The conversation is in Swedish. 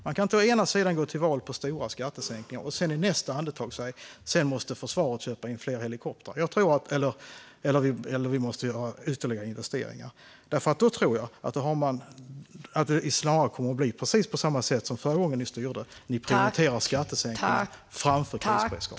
Man kan inte gå till val på löften om stora skattesänkningar och i nästa andetag säga att försvaret måste köpa in fler helikoptrar eller att ytterligare investeringar måste göras. Då tror jag snarare att det kommer att bli på precis samma sätt som förra gången ni styrde, att ni prioriterar skattesänkningar framför krisberedskap.